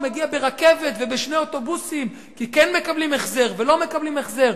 הוא מגיע ברכבת ובשני אוטובוסים כי כן מקבלים החזר ולא מקבלים החזר,